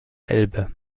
elbe